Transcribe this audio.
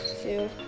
two